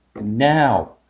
Now